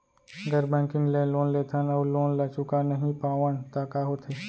गैर बैंकिंग ले लोन लेथन अऊ लोन ल चुका नहीं पावन त का होथे?